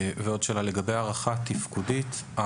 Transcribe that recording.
לגבי הערכה תפקודית,